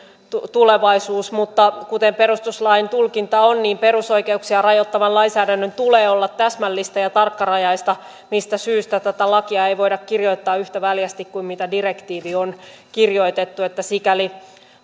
tulevaisuutta mutta kuten perustuslain tulkinta on perusoikeuksia rajoittavan lainsäädännön tulee olla täsmällistä ja tarkkarajaista mistä syystä tätä lakia ei voida kirjoittaa yhtä väljästi kuin mitä direktiivi on kirjoitettu niin että sikäli